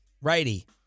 righty